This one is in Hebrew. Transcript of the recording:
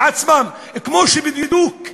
כמו שבדיוק,